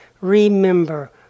remember